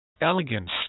elegance